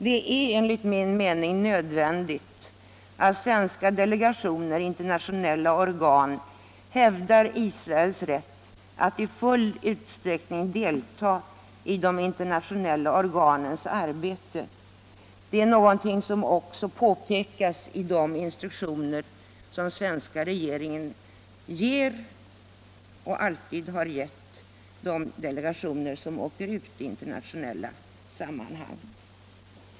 Det är enligt min mening nödvändigt att svenska delegationer i internationella organ hävdar Israels rätt att i full utsträckning delta i de internationella organens arbete. Det är någonting som också påpekas i de instruktioner som svenska regeringen ger och alltid har gett de delegationer som reser ut i internationella sammanhang.